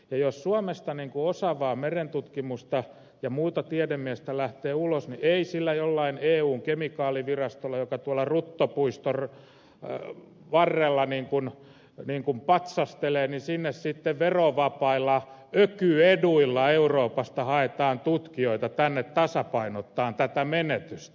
jos suomesta osaavaa merentutkimusta ja tiedemiehiä lähtee ulos niin jonnekin eun kemikaalivirastoon joka tuolla ruttopuiston varrella patsastelee sitten verovapailla ökyeduilla euroopasta haetaan tutkijoita tasapainottamaan tätä menetystä